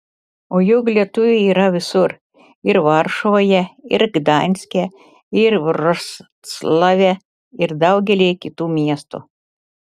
o juk lietuvių yra visur ir varšuvoje ir gdanske ir vroclave ir daugelyje kitų miestų